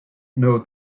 know